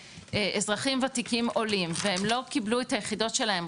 אזרחים וותיקים עולים והם לא קיבלו את היחידות שלהם,